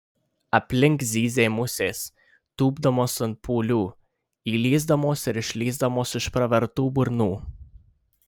aplink zyzė musės tūpdamos ant pūlių įlįsdamos ir išlįsdamos iš pravertų burnų